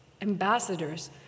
Ambassadors